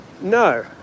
No